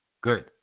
good